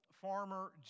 farmer